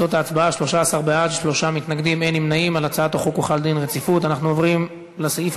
הממשלה על רצונה להחיל דין רציפות על הצעת